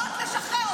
) חברת הכנסת גוטליב,